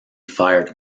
fired